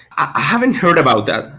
i haven't heard about that.